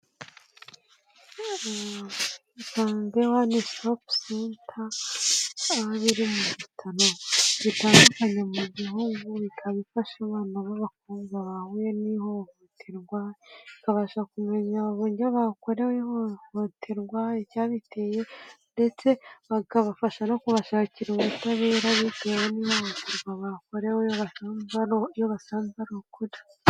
Isange one stop center aho biri mu bitaro bitandukanye mu gihugu bikaba bifasha abana b'abakobwa bahuye n'ihohoterwa, bikabasha kumenya uburyo bakorewe ihohohoterwa, icyabiteye, ndetse bakabafasha no kubashakira ubutabera bitewe n'ihohoterwa bakorewe bo iyo basanze ari ukuri.